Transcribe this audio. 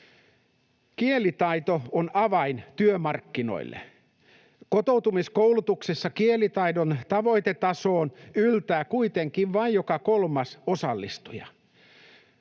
Kielitaito on avain työmarkkinoille. Kotoutumiskoulutuksessa kielitaidon tavoitetasoon yltää kuitenkin vain joka kolmas osallistuja.